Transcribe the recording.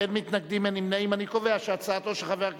ההצעה להעביר את